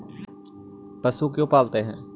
पशु क्यों पालते हैं?